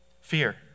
Fear